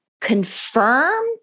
confirm